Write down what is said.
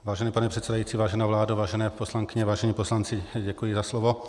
Vážený pane předsedající, vážená vládo, vážené poslankyně, vážení poslanci, děkuji za slovo.